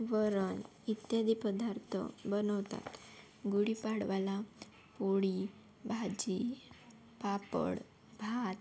वरण इत्यादी पदार्थ बनवतात गुडीपाडव्याला पोळी भाजी पापड भात